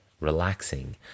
relaxing